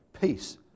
peace